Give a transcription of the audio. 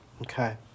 Okay